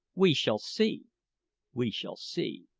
we shall see we shall see.